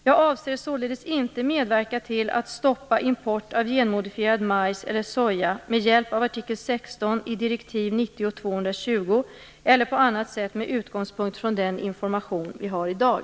Jag avser således inte medverka till att stoppa import av genmodifierad majs eller soja med hjälp av artikel 16 i direktiv 90/220 eller på annat sätt med utgångspunkt från den information vi har i dag.